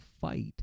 fight